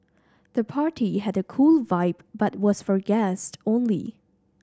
the party had a cool vibe but was for guests only